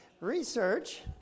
Research